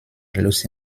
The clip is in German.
los